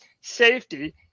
safety